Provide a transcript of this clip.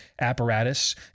apparatus